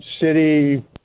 city